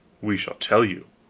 we shall tell you.